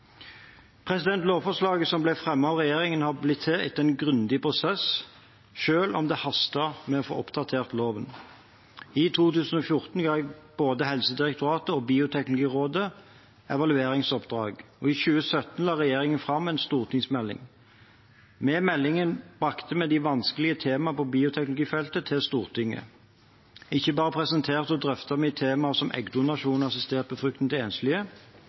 Lovforslaget som ble fremmet av regjeringen, har blitt til etter en grundig prosess, selv om det hastet med å få oppdatert loven. I 2014 ga jeg både Helsedirektoratet og Bioteknologirådet evalueringsoppdrag, og i 2017 la regjeringen fram en stortingsmelding. Med meldingen brakte vi de vanskelige temaene på bioteknologifeltet til Stortinget. Ikke bare presenterte og drøftet vi temaer som eggdonasjon og assistert befruktning for enslige,